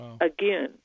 again